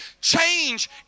change